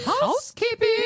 housekeeping